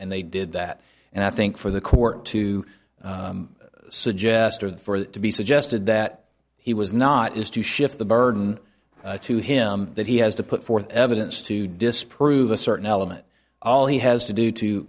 and they did that and i think for the court to suggest or for that to be suggested that he was not is to shift the burden to him that he has to put forth evidence to disprove a certain element all he has to do to